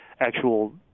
actual